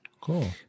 Cool